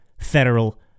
federal